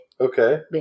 Okay